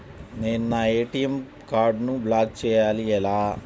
నేను నా ఏ.టీ.ఎం కార్డ్ను బ్లాక్ చేయాలి ఎలా?